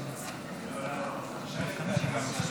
את מי הסכמתי להחליף?